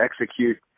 execute